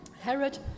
Herod